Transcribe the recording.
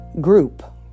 group